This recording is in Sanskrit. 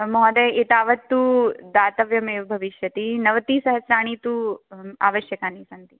महोदय् एतावत्तु दातव्यमेव भविष्यति नवतिसहस्राणि तु आवश्यकानि सन्ति